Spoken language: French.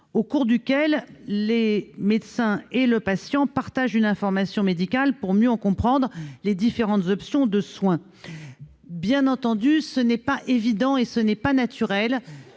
au cours duquel les médecins et le patient partagent une information médicale pour mieux comprendre les différentes options de soin. Bien entendu, il n'est pas évident ni naturel